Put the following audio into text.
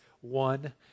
one